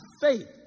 faith